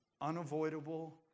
Unavoidable